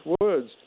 words